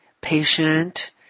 patient